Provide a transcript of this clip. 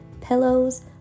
pillows